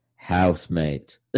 Housemate